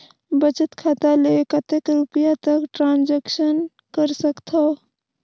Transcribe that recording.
बचत खाता ले कतेक रुपिया तक ट्रांजेक्शन कर सकथव?